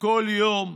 כל יום,